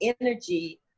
energy